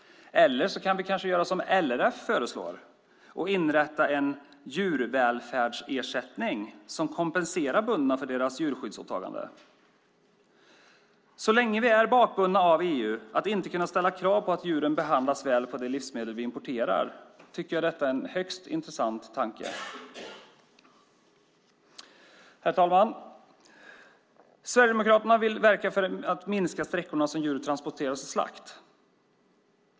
Eller så kan vi kanske göra som LRF föreslår och inrätta en djurvälfärdsersättning som kompenserar bönderna för deras djurskyddsåtaganden. Så länge vi är bakbundna av EU och inte kan ställa krav på att djuren behandlas väl när det gäller de livsmedel vi importerar tycker jag att detta är en högst intressant tanke. Herr talman! Sverigedemokraterna vill verka för att minska de sträckor som djur transporteras till slakt.